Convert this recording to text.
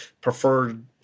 preferred